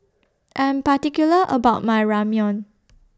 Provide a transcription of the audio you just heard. I Am particular about My Ramyeon